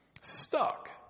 Stuck